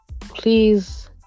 Please